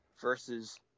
versus